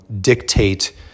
dictate